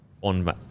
on